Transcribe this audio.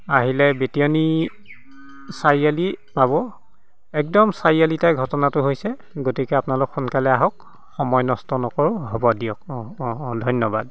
আহিলে বেতিয়নী চাৰিআলি পাব একদম চাৰিআলিতে ঘটনাটো হৈছে গতিকে আপোনালোক সোনকালে আহক সময় নষ্ট নকৰোঁ হ'ব দিয়ক অঁ অঁ অঁ ধন্যবাদ